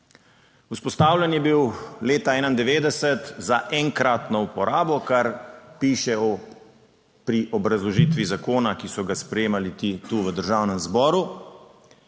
Vzpostavljen je bil leta 1991 za enkratno uporabo, kar piše pri obrazložitvi zakona, ki so ga sprejemali ti tu v Državnem zboru,